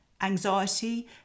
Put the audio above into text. anxiety